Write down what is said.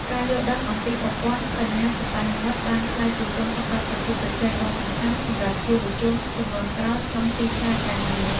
ការយល់ដឹងអំពីប្រព័ន្ធបញ្ញាសិប្បនិម្មិតបានក្លាយជាគុណសម្បត្តិប្រកួតប្រជែងដ៏សំខាន់សម្រាប់យុវជនជំនាន់ក្រោយក្នុងទីផ្សារការងារ។